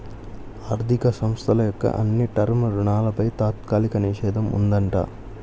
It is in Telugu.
ఆర్ధిక సంస్థల యొక్క అన్ని టర్మ్ రుణాలపై తాత్కాలిక నిషేధం ఉందంట